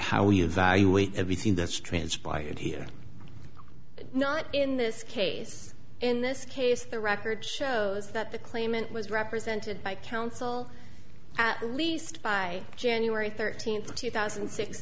how we evaluate everything that's transpired here not in this case in this case the record shows that the claimant was represented by counsel at least by january thirteenth two thousand